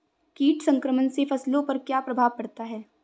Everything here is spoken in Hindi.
कीट संक्रमण से फसलों पर क्या प्रभाव पड़ता है?